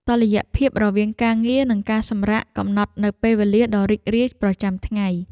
តុល្យភាពរវាងការងារ និងការសម្រាក កំណត់នូវពេលវេលាដ៏រីករាយប្រចាំថ្ងៃ។